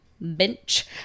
bench